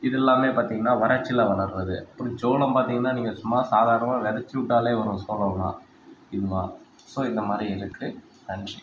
இது எல்லாமே பார்த்தீங்கன்னா வறட்சியில் வளர்கிறது அப்படி சோளம் பார்த்தீங்கன்னா நீங்கள் சும்மா சாதாரணமாக விதச்சிவிட்டாலே வரும் சோளம்லாம் ஸோ இந்தமாதிரி இருக்குது நன்றி